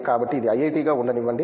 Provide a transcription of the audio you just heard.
కాబట్టి ఇది IIT గా ఉండనివ్వండి